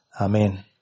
Amen